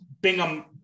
Bingham